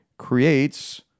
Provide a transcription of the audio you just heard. creates